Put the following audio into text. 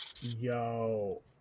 Yo